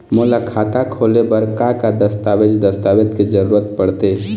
मोला खाता खोले बर का का दस्तावेज दस्तावेज के जरूरत पढ़ते?